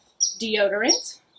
deodorant